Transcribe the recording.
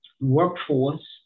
workforce